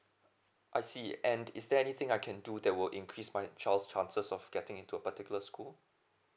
I see and is there anything I can do there will increase my child's chances of getting into a particular school